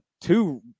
two